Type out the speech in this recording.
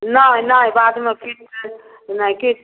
नहि नहि बादमे किछु छै नहि किछु